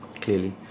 clearly